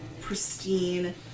pristine